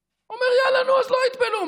המשפחה אומר: יאללה, נו, אז לא יטבלו.